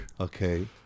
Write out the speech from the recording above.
okay